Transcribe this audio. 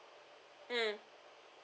mm